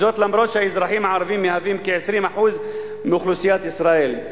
למרות העובדה שהאזרחים הערבים הם כ-20% מאוכלוסיית ישראל,